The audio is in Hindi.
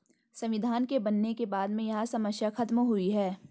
संविधान के बनने के बाद में यह समस्या खत्म हुई है